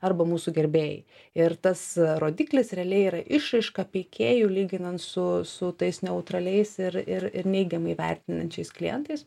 arba mūsų gerbėjai ir tas rodiklis realiai yra išraiška peikėjų lyginant su su tais neutraliais ir ir ir neigiamai vertinančiais klientais